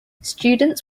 students